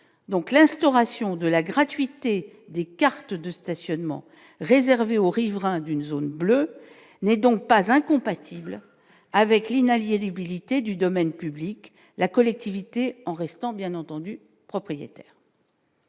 l'instauration de la gratuité des cartes de stationnement réservé aux riverains d'une zone bleue n'est donc pas incompatibles avec l'inaliénabilité du domaine public, la collectivité en restant bien entendu propriétaire.